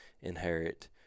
inherit